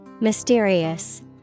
Mysterious